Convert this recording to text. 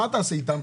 מה תעשה איתם?